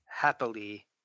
Happily